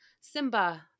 Simba